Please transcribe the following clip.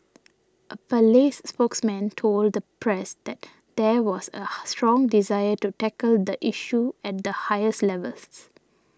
a palace spokesman told the press that there was a strong desire to tackle the issue at the highest levels